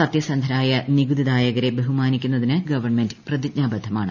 സത്യസന്ധരായ നികുതിദായകരെ ബഹുമാനിക്കുന്നതിന് ഗവൺമെന്റ് പ്രതിജ്ഞാബദ്ധമാണ്